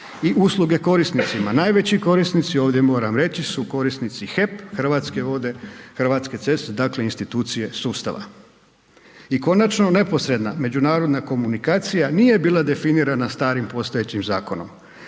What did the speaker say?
i usluge korisnicima. Najveći korisnici, ovdje moram reći, su korisnici HEP, Hrvatske vode, Hrvatske ceste dakle institucije sustava. I konačno neposredna međunarodna komunikacija nije bila definirana starim postojećim zakonom,